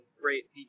great